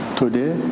today